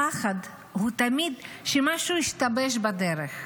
הפחד הוא תמיד שמשהו ישתבש בדרך.